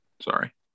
Sorry